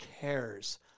cares